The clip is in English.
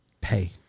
Pay